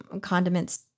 condiments